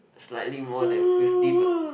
slightly more than fifty per~